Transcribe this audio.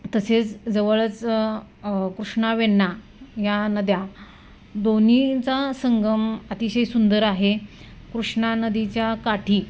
तसेच जवळच कृष्णा वेण्णा या नद्या दोन्हीचा संगम अतिशय सुंदर आहे कृष्णा नदीच्या काठी